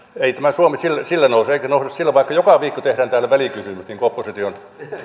ei tämä suomi sillä sillä nouse eikä nouse vaikka joka viikko tehdään täällä välikysymys niin kuin oppositio